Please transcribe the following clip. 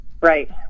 Right